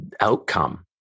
outcome